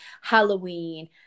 Halloween